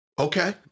Okay